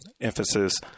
emphasis